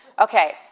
Okay